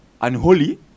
unholy